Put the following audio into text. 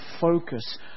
focus